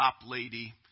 Toplady